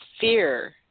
fear